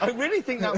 but really think